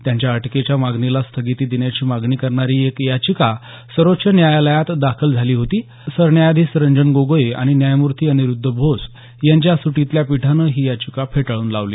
त्यांच्या अटकेच्या मागणीला स्थगिती देण्याची मागणी करणारी एक याचिका सर्वोच्च न्यायालयात दाखल झाली होती सरन्यायाधीश रंजन गोगोई आणि न्यायमूर्ती अनिरुद्ध बोस यांच्या सुटीतल्या पीठानं ही याचिका फेटाळून लावली